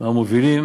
מהמובילים